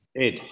Ed